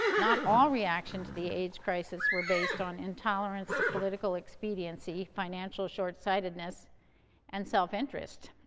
not all reactions to the aids crisis were based on intolerance, political expediency, financial shortsightedness and self-interest.